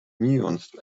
nuanced